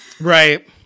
Right